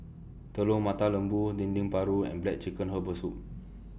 Telur Mata Lembu Dendeng Paru and Black Chicken Herbal Soup